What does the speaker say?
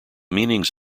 meanings